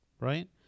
Right